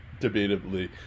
debatably